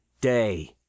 day